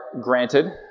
granted